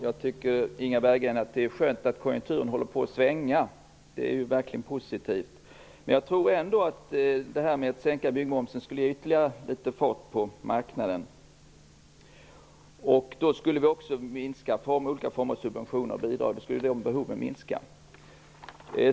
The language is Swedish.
Herr talman! Det är skönt att konjunkturen håller på att svänga, Inga Berggren. Det är verkligen positivt. Men jag tror ändå att en sänkning av byggmomsen skulle ge ytterligare litet fart på marknaden. På så sätt skulle också behoven av olika former av subventioner och bidrag minska.